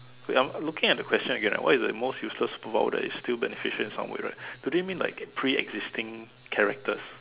wait I'm looking at the question again ah what is the most useless power while it is still beneficial in some way right do they mean like pre existing characters